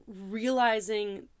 realizing